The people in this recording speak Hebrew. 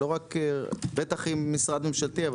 -- בטח אם משרד ממשלתי,